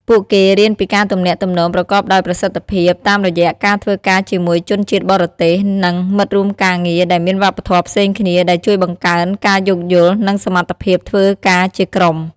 ពួកគេរៀនពីការទំនាក់ទំនងប្រកបដោយប្រសិទ្ធភាពតាមរយៈការធ្វើការជាមួយជនជាតិបរទេស និងមិត្តរួមការងារដែលមានវប្បធម៌ផ្សេងគ្នា ដែលជួយបង្កើនការយោគយល់ និងសមត្ថភាពធ្វើការជាក្រុម។